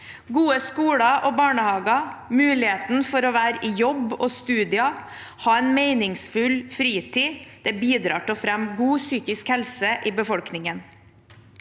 Gode skoler og barnehager, mulighet for å være i jobb og studier og det å ha en meningsfull fritid bidrar til å fremme god psykisk helse i befolkningen.